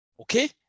Okay